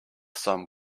some